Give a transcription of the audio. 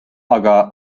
aga